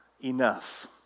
enough